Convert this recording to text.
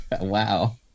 Wow